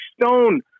Stone